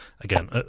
Again